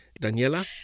Daniela